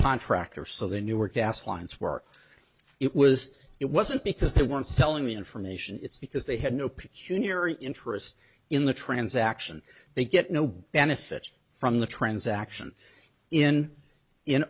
contractor so they knew were gas lines were it was it wasn't because they weren't selling information it's because they had no peculiar interest in the transaction they get no benefit from the transaction in in